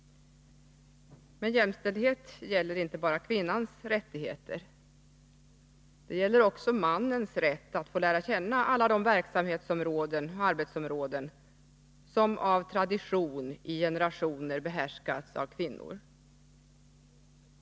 Men jämställdhet gäller inte bara kvinnans rättigheter. Den gäller också mannens rätt att få lära känna alla de verksamhetsområden, arbetsområden, som av tradition i generationer behärskats av kvinnor.